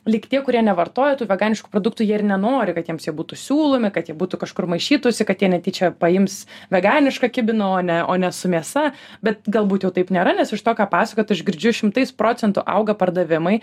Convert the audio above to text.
lyg tie kurie nevartoja tų veganiškų produktų jie ir nenori kad jiems jie būtų siūlomi kad jie būtų kažkur maišytųsi kad jie netyčia paims veganišką kibiną o ne o ne su mėsa bet galbūt jau taip nėra nes iš to ką pasakot aš girdžiu šimtais procentų auga pardavimai